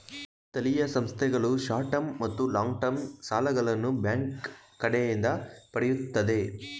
ಸ್ಥಳೀಯ ಸಂಸ್ಥೆಗಳು short term ಮತ್ತು ಲಾಂಗ್ ಟರ್ಮ್ ಸಾಲಗಳನ್ನು ಬ್ಯಾಂಕ್ ಕಡೆಯಿಂದ ಪಡೆಯುತ್ತದೆ